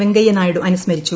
Venkaiah Naidu അനുസ്സ്മരിച്ചു